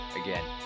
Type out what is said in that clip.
again